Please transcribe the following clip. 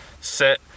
set